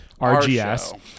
RGS